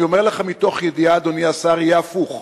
אני אומר לך מתוך ידיעה, אדוני השר: יהיה הפוך.